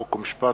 חוק ומשפט.